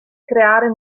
creare